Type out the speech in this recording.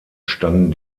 standen